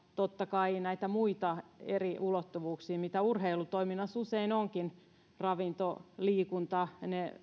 totta kai näitä muita eri ulottuvuuksia urheilutoiminnassa usein onkin mukana ravinto liikunta ja